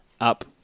up